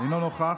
אינו נוכח.